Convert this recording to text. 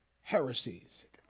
heresies